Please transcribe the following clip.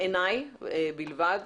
לעיניי בלבד,